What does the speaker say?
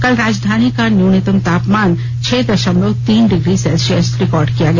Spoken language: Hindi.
कल राजधानी का न्यूनतम तापमान छह द ामलव तीन डिग्री सेलि ायस रिकार्ड किया गया